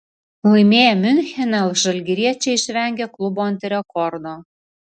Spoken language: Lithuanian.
laimėję miunchene žalgiriečiai išvengė klubo antirekordo